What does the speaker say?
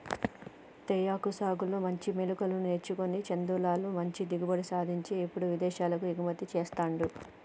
తేయాకు సాగులో మెళుకువలు నేర్చుకొని చందులాల్ మంచి దిగుబడి సాధించి ఇప్పుడు విదేశాలకు ఎగుమతి చెస్తాండు